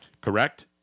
correct